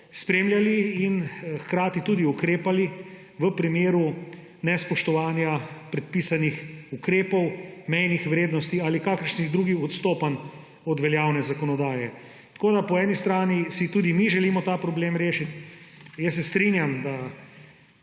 spremljali in hkrati tudi ukrepali v primeru nespoštovanja predpisanih ukrepov, mejnih vrednosti ali kakršnih drugih odstopanj od veljavne zakonodaje. Po eni strani si tudi mi želimo ta problem rešiti. Jaz se strinjam, da